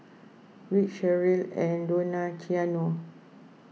Rich Sheryll and Donaciano